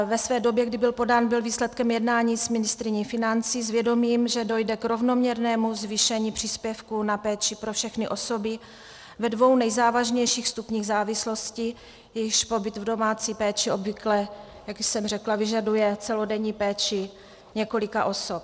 Ve své době, kdy byl podán, byl výsledkem jednání s ministryní financí s vědomím, že dojde k rovnoměrnému zvýšení příspěvku na péči pro všechny osoby ve dvou nejzávažnějších stupních závislosti, jejichž pobyt v domácí péči obvykle, jak již jsem řekla, vyžaduje celodenní péči několika osob.